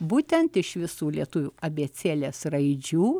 būtent iš visų lietuvių abėcėlės raidžių